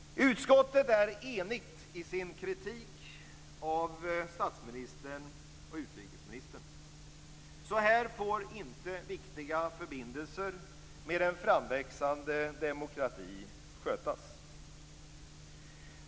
Utskottet är enigt i sin kritik av statsministern och utrikesministern. Så här får inte viktiga förbindelser med en framväxande demokrati skötas.